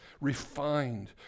Refined